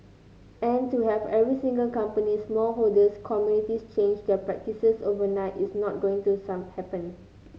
and to have every single company small holders communities change their practices overnight is not going to some happen